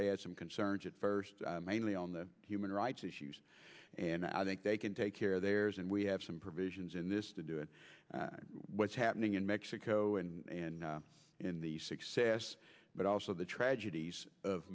they had some concerns at first mainly on the human rights issues and i think they can take care there's and we have some provisions in this to do it what's happening in mexico and in the success but also the tragedies of